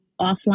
offline